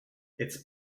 its